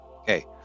Okay